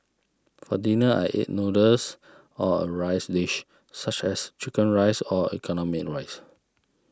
for dinner I eat noodles or a rice dish such as Chicken Rice or economy rice